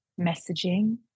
messaging